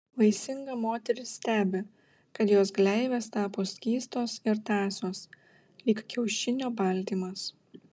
vaisinga moteris stebi kad jos gleivės tapo skystos ir tąsios lyg kiaušinio baltymas